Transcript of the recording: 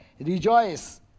Rejoice